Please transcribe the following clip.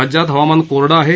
राज्यात हवामान कोरडं आहे